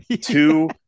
Two